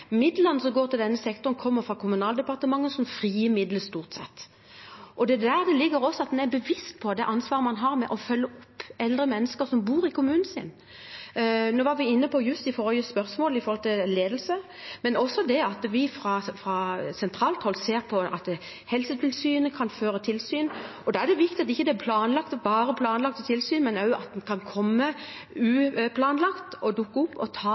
Midlene som går til denne sektoren, kommer fra Kommunal- og moderniseringsdepartementet, som frigir midlene, stort sett. Der ligger det også at en er bevisst på det ansvaret en har for å følge opp eldre mennesker som bor i kommunen. Vi var inne på juss i forrige spørsmål, når det gjaldt ledelse, men også det at vi fra sentralt hold ser på at Helsetilsynet kan føre tilsyn. Da er det viktig at det ikke bare er planlagte tilsyn, men at en også kan dukke opp uplanlagt og ta den kontrollen som skal til. Og